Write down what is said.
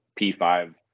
P5